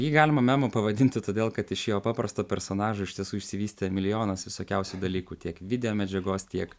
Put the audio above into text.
jį galima memu pavadinti todėl kad iš jo paprasto personažo iš tiesų išsivystė milijonas visokiausių dalykų tiek video medžiagos tiek